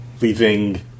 leaving